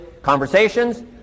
Conversations